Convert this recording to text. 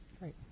Right